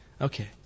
Okay